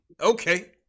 Okay